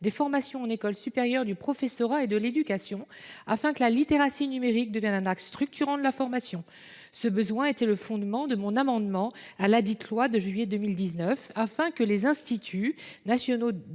de formation en écoles supérieures du professorat et de l’éducation (Espé), afin que la littératie numérique devienne un axe structurant de la formation ». Ce besoin a été le fondement de mon amendement à la loi du 26 juillet 2019, afin que les instituts nationaux